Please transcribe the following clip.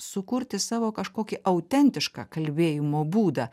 sukurti savo kažkokį autentišką kalbėjimo būdą